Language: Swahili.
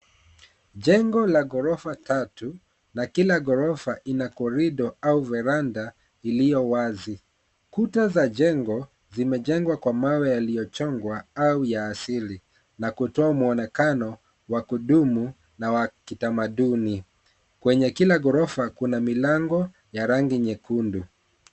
Jengo la ghorofa tatu na kila ghorofa ina korido au veranda iliyo wazi. Kuta za jengo zimejengwa kwa mawe yaliyochongwa au ya asili na kutoa muonekano wa kudumu na wa kitamaduni. Kwenye kila ghorofa kuna milango ya rangi nyekundu.